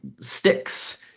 sticks